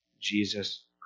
Jesus